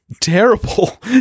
terrible